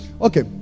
okay